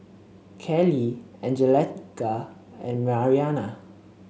Kelley Angelica and Mariana